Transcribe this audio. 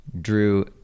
drew